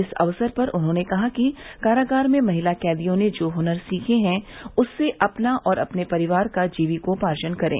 इस अवसर पर उन्होंने कहा कि कारागार में महिला कैदियों ने जो हुनर सीखें हैं उससे अपना और अपने परिवार का जीविकोपार्जन करें